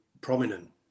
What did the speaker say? prominent